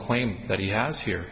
claim that he has here